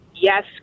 Yes